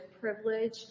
privilege